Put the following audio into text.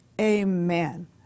Amen